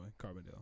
Carbondale